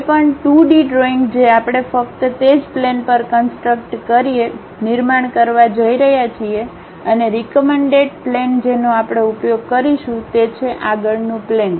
કોઈપણ 2D drawing જે આપણે ફક્ત તે જ પ્લેન પર કન્સટ્રક્ નિર્માણ કરવા જઈ રહ્યા છીએ અને રીક્મન્ડેડ પ્લેન જેનો આપણે ઉપયોગ કરીશું તે છે આગળનું પ્લેન